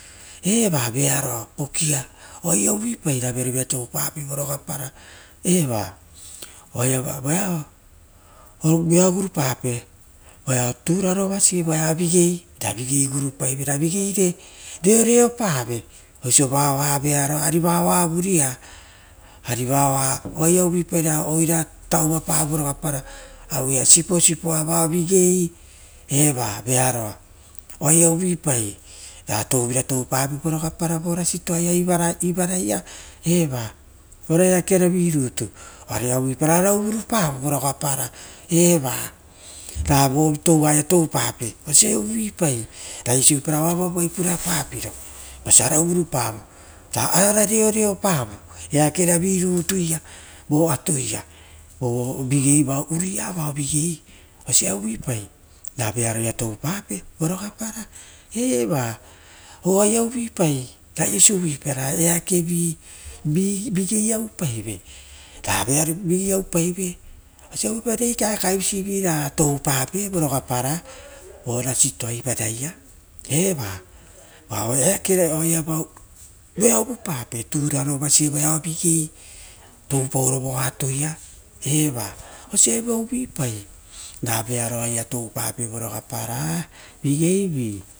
Eva vearoa tokia oa uviapaira vearovirara ga toupape vorogaparo. Eva oaiava voeao gurupape togorovase ravigeipa eoreopave oisia vaoa vearoa ari vaoa vearoa, ari vaoa vaia oaia uvuipara oirara tauva pave voia siposipoa vao vagei. Eva vearoa oaia uvuipa ra touvira tou pavere vo rasitoaia ivaraia era ora uvurupavoi vo rogaparo, evara vo touoia toupape na viapau na oisio oaravaavuvai karekepapiro vosia uvurupavo na eakoroia ra reoreo piepavio vo atoia na vearovira toupaina o rogaparo, oa veapausora eakerovi vigei oupaive oaia uvuipa na reikaekavisivi nitu toupape vo rasito ivaraia, voeao uvupape torero vasie voea vigei voeavo vo atoia evoa uvuipai na veroaia toupape vorogaparovi